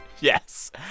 yes